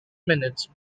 minutes